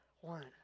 one